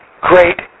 great